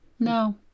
No